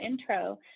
intro